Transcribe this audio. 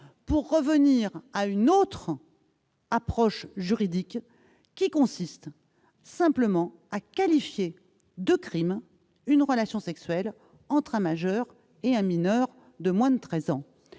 pour revenir à une autre approche juridique, qui consiste simplement à qualifier de crime une relation sexuelle entre un majeur et un mineur de moins de treize ans.